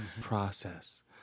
process